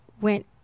went